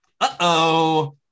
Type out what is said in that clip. Uh-oh